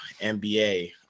NBA